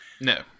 No